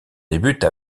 débute